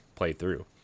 Playthrough